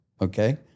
okay